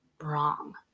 wrong